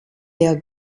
der